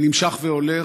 נמשך והולך.